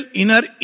inner